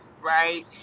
right